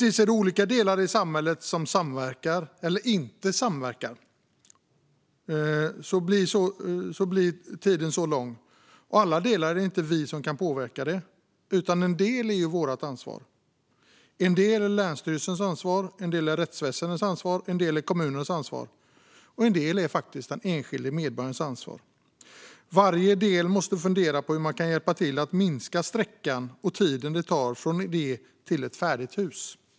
När olika delar i samhället samverkar - eller inte samverkar - tar det lång tid. Allt kan vi inte påverka. En del är dock vårt ansvar, en del är länsstyrelsens ansvar, en del är rättsväsendets ansvar, en del är kommunernas ansvar och en del är faktiskt den enskilde medborgarens ansvar. Var och en måste fundera på hur man kan hjälpa till att minska sträckan och tiden från idé till färdigt hus.